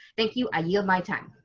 thank you, i yield my time.